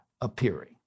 appearing